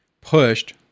pushed